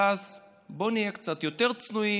עד אז בואו נהיה קצת יותר צנועים,